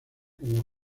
como